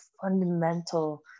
fundamental